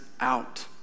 out